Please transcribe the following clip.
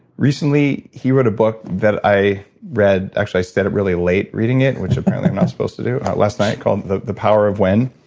recently, he wrote a book that i read. actually, i stayed up really late reading it, which apparently i'm not supposed to do, last night, called the the power of when.